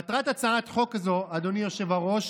מטרת הצעת חוק זו, אדוני היושב-ראש,